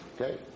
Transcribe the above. Okay